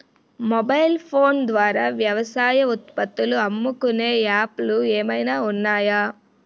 Mobile phone ద్వారా వ్యవసాయ ఉత్పత్తులు అమ్ముకునే యాప్ లు ఏమైనా ఉన్నాయా?